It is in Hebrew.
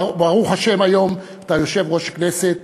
ברוך השם, היום אתה יושב-ראש הכנסת.